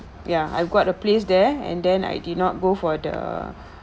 ya I've got a place there and then I did not go for the